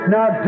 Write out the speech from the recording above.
Now